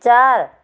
चार